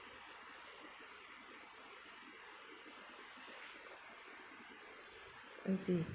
I see